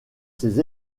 ses